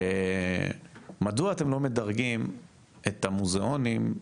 מדוע אתם לא מדרגים את המוזיאונים,